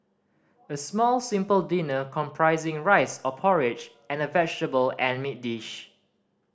a small simple dinner comprising rice or porridge and a vegetable and meat dish